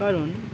কারণ